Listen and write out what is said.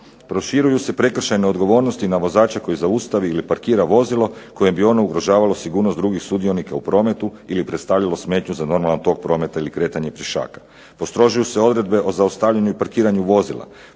Proširuju se prekršajne odgovornosti na vozača koji zaustavi ili parkira vozilo kojem bi ono ugrožavalo sigurnost drugih sudionika u prometu ili predstavljalo smetnju za normalan tok prometa ili kretanje pješaka. Postrožuju se odredbe o zaustavljanju i parkiranju vozila.